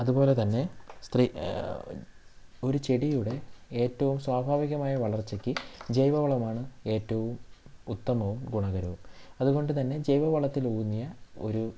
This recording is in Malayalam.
അതുപോലെ തന്നെ സ്ത്രീ ഒരു ചെടിയുടെ ഏറ്റവും സ്വാഭാവികമായ വളർച്ചയ്ക്ക് ജൈവ വളമാണ് ഏറ്റവും ഉത്തമവും ഗുണകരവും അതുകൊണ്ട് തന്നെ ജൈവ വളത്തിലൂന്നിയ ഒരു